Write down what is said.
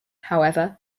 however